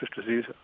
disease